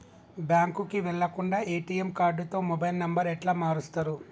బ్యాంకుకి వెళ్లకుండా ఎ.టి.ఎమ్ కార్డుతో మొబైల్ నంబర్ ఎట్ల మారుస్తరు?